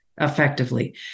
effectively